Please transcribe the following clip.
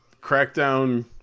Crackdown